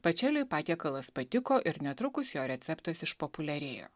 pačeliui patiekalas patiko ir netrukus jo receptas išpopuliarėjo